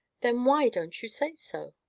then why don't you say so?